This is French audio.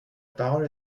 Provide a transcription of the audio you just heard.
parole